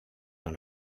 dans